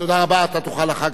אתה תוכל אחר כך להמשיך ולשאול.